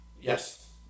Yes